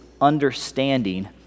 understanding